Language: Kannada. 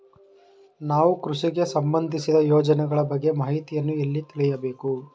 ನಾವು ಕೃಷಿಗೆ ಸಂಬಂದಿಸಿದ ಯೋಜನೆಗಳ ಬಗ್ಗೆ ಮಾಹಿತಿಯನ್ನು ಎಲ್ಲಿ ತಿಳಿಯಬೇಕು?